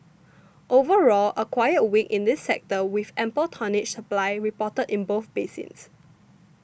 overall a quiet week in this sector with ample tonnage supply reported in both basins